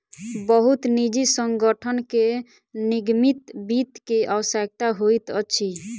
बहुत निजी संगठन के निगमित वित्त के आवश्यकता होइत अछि